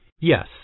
Yes